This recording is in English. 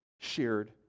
shared